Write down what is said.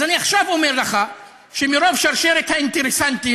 אז אני עכשיו אומר לך שמרוב שרשרת האינטרסנטים,